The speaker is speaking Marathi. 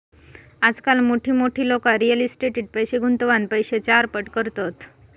आजकाल मोठमोठी लोका रियल इस्टेटीट पैशे गुंतवान पैशे चारपट करतत